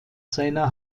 seiner